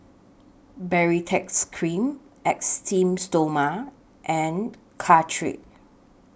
Baritex Cream Esteem Stoma and Caltrate